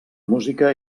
música